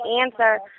answer